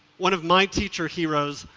one of my teacher heroes,